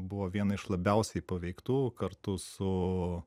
buvo viena iš labiausiai paveiktų kartu su